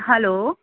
hello